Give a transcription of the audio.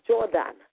Jordan